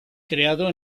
creado